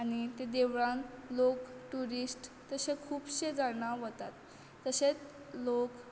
आनी ते देवळांत लोक ट्युरिस्ट तशे खुबशे जाणां वतात तशेंच लोक